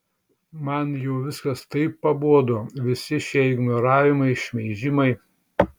man jau viskas taip pabodo visi šie ignoravimai šmeižimai